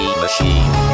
machine